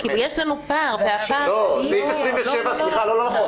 יש לנו פער --- לא, לא נכון.